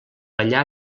allà